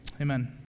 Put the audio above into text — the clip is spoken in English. amen